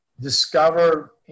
discover